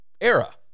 era